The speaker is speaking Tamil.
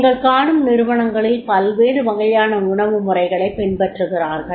நீங்கள் காணும் நிறுவனங்களில் பல்வேறு வகையான உணவு முறைகளைப் பின்பற்றுகிறார்கள்